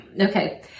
Okay